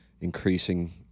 increasing